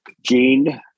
Gene